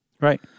right